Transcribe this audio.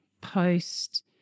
post